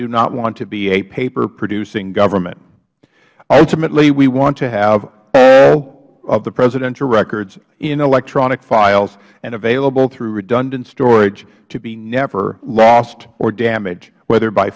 do not want to be a paper producing government ultimately we want to have all of the presidential records in electronic files and available through redundant storage to be never lost or damaged whether by